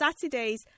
Saturdays